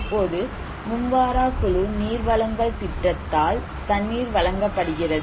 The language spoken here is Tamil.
இப்போது மும்வாரா குழு நீர் வழங்கல் திட்டத்தால் தண்ணீர் வழங்கப்படுகிறது